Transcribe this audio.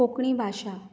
कोंकणी भाशा